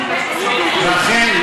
רחל,